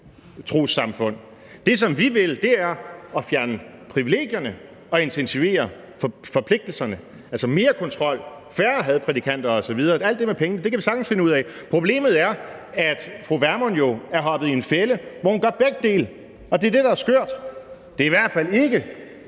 trossamfund. Det, som vi vil, er at fjerne privilegierne og intensivere forpligtelserne, altså mere kontrol, færre hadprædikanter osv. – alt det med penge kan vi sagtens finde ud af. Problemet er, at fru Pernille Vermund jo er hoppet i en fælde, hvor hun gør begge dele, og det er det, der er skørt. Det er hvert fald ikke